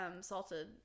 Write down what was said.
salted